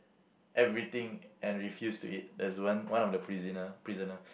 everything and refuse to eat there's one one of the prisoner prisoner